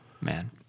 man